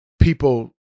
people